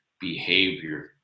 behavior